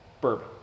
bourbon